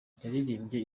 yaririmbye